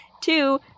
two